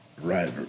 Right